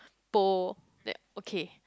pole then okay